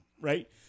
right